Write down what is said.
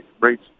rates